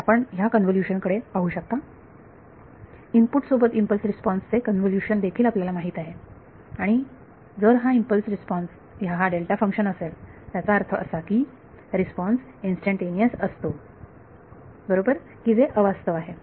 तर आपण ह्या कन्व्होल्युशन कडे पाहू शकता इनपुट सोबत इम्पल्स रिस्पॉन्स चे कन्व्होल्युशन देखील आपल्याला माहित आहे आणि जर हा इम्पल्स रिस्पॉन्स हा डेल्टा फंक्शन असेल त्याचा अर्थ असा की रिस्पॉन्स इंस्टंटेनिअस असतो बरोबर की जे अवास्तव आहे